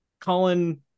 Colin